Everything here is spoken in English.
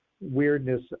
weirdness